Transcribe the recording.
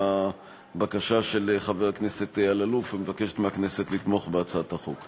לבקשה של חבר הכנסת אלאלוף ומבקשת מהכנסת לתמוך בהצעת החוק.